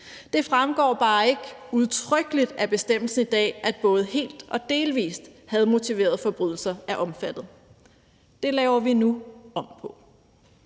Det fremgår bare ikke udtrykkeligt af bestemmelsen i dag, at både helt og delvis hadmotiverede forbrydelser er omfattet. Det laver vi nu om på,